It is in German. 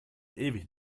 ewig